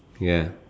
ya